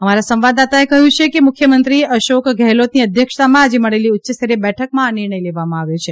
અમારા સંવાદદાતાએ કહ્યું છે કે મુખ્યમંત્રી અશોક ગેહલોતની અધ્યક્ષતામાં આજે મળેલી ઉચ્યસ્તરીય બેઠકમાં આ નિર્ણય લેવામાં આવ્યો છે